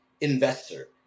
investor